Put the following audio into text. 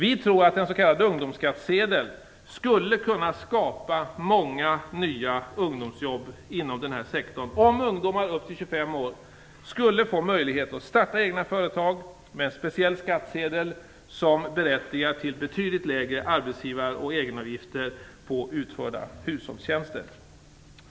Vi tror att en s.k. ungdomsskattsedel skulle kunna skapa många nya ungdomsjobb i den här sektorn, om ungdomar under 25 år skulle få möjligheten att starta egna företag med en speciell skattsedel som berättigar till betydligt lägre arbetsgivar och egenavgifter på utförda hushållstjänster.